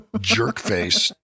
jerk-face